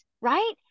right